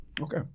Okay